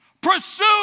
Pursue